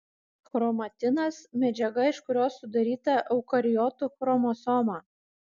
chromatinas medžiaga iš kurios sudaryta eukariotų chromosoma